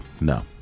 No